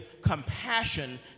compassion